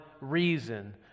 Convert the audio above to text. reason